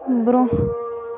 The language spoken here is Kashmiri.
برٛونٛہہ